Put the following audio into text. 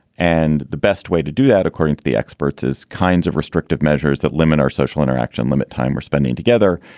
and the best way to do that, according to the experts, is kinds of restrictive measures that limit our social interaction, limit time we're spending together.